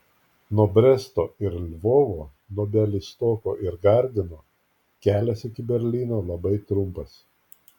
nuo bresto ir lvovo nuo bialystoko ir gardino kelias iki berlyno labai trumpas